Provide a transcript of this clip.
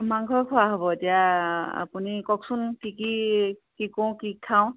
মাংসই খোৱা হ'ব এতিয়া আপুনি কওকচোন কি কি কি কৰোঁ কি খাওঁ